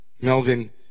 Melvin